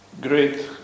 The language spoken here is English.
great